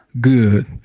good